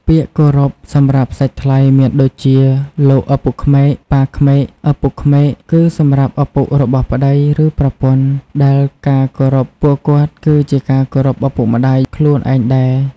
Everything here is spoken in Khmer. ពាក្យគោរពសម្រាប់សាច់ថ្លៃមានដូចជាលោកឪពុកក្មេក ប៉ាក្មេក ពុកក្មេក គឺសម្រាប់ឪពុករបស់ប្តី ឬប្រពន្ធ ដែលការគោរពពួកគាត់គឺជាការគោរពឪពុកម្ដាយខ្លួនឯងដែរ។